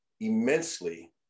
immensely